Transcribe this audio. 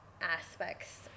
aspects